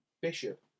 Bishop